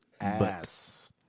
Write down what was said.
ass